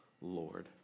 Lord